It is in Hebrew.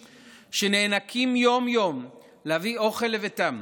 שנאנקים יום-יום להביא אוכל לביתם,